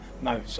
No